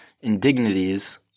indignities